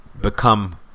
become